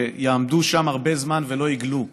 שיעמדו שם הרבה זמן ולא יגלו.